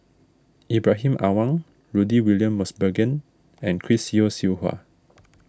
Ibrahim Awang Rudy William Mosbergen and Chris Yeo Siew Hua